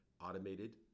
automated